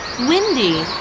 windy